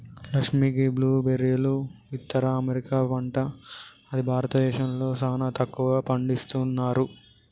లక్ష్మీ గీ బ్లూ బెర్రీలు ఉత్తర అమెరికా పంట అని భారతదేశంలో సానా తక్కువగా పండిస్తున్నారు